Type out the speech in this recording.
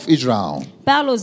Israel